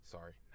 Sorry